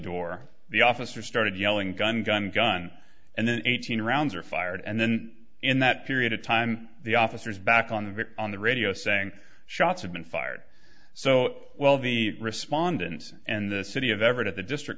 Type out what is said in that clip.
door the officer started yelling gun gun gun and then eighteen rounds are fired and then in that period of time the officers back on the victim on the radio saying shots have been fired so well the respondent and the city of everett at the district